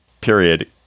period